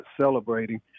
celebrating